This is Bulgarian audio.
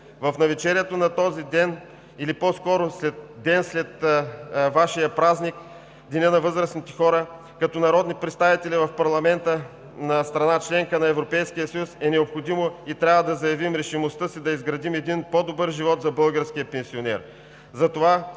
В навечерието на този ден, или по-скоро ден след Вашия празник – Денят на възрастните хора, като народни представители в парламента на страна – членка на Европейския съюз, е необходимо и трябва да заявим решимостта си да изградим един по-добър живот за българския пенсионер.